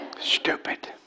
Stupid